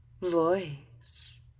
voice